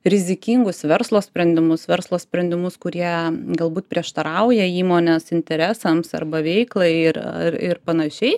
rizikingus verslo sprendimus verslo sprendimus kurie galbūt prieštarauja įmonės interesams arba veiklai ir ir panašiai